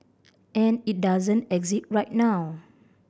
and it doesn't exist right now